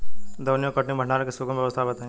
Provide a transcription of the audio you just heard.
दौनी और कटनी और भंडारण के सुगम व्यवस्था बताई?